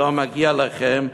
לא מגיע לכם,